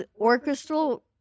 orchestral